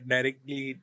Directly